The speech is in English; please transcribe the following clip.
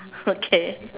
okay